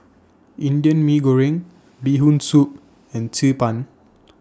Indian Mee Goreng Bee Hoon Soup and Xi Ban